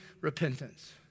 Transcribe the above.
repentance